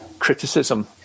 criticism